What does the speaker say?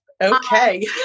Okay